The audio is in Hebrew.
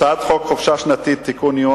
הצעת חוק חופשה שנתית (תיקון מס' 12)